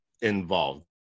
involved